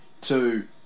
Two